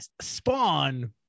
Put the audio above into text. Spawn